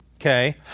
okay